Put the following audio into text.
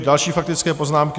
Další faktické poznámky.